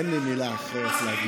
אין לי מילה אחרת.